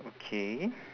okay